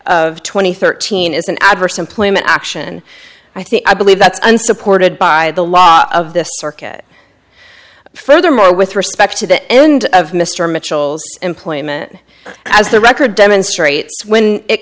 and thirteen is an adverse employment action i think i believe that's unsupported by the law of this circuit furthermore with respect to the end of mr mitchell's employment as the record demonstrates when it